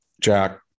Jack